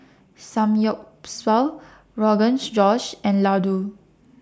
Samgyeopsal Rogan Josh and Ladoo